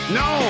no